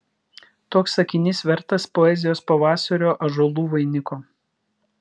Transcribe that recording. toks sakinys vertas poezijos pavasario ąžuolų vainiko